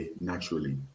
naturally